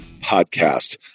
Podcast